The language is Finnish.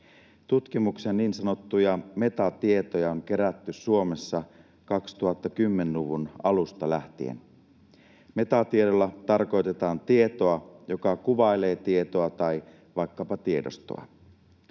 Tutkimuksen niin sanottuja metatietoja on kerätty Suomessa 2010-luvun alusta lähtien. Metatiedolla tarkoitetaan tietoa, joka kuvailee tietoa tai vaikkapa tiedostoa.